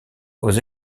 aux